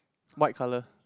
white color